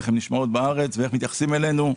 איך נשמעות בארץ ואיך מתייחסים אלינו.